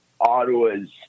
Ottawa's